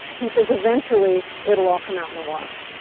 you think eventually it'll all come out in the wash.